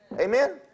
Amen